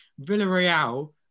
Villarreal